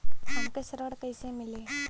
हमके ऋण कईसे मिली?